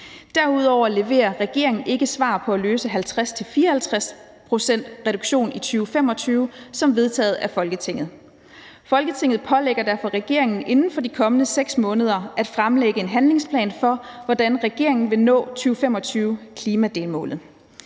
Derudover leverer regeringen ikke svar på at løse 50-54 pct. reduktion i 2025 som vedtaget af Folketinget. Folketinget pålægger derfor regeringen inden for de kommende 6 måneder at fremlægge en handlingsplan for, hvordan regeringen vil nå 2025-klimadelmålet.